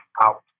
out